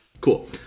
Cool